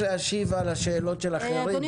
להגיד שקו 955 שאתם פניתם וביקשתם לתגבר אותו,